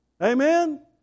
Amen